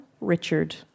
Richard